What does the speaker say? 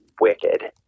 wicked